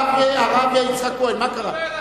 הרב יצחק כהן, מה קרה?